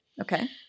Okay